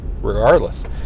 regardless